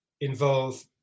involve